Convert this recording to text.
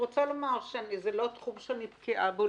זה לא תחום שאני בקיאה בו,